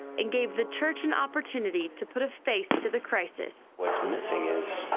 and gave the church an opportunity to put a face to the crisis. what we're missing is